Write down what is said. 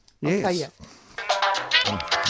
Yes